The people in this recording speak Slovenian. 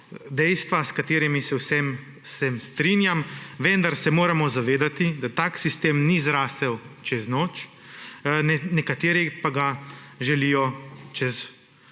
dejstva, s katerimi se povsem strinjam, vendar se moramo zavedati, da tak sistem ni zrasel čez noč, nekateri pa ga želijo čez dan